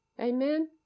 Amen